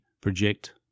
project